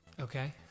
Okay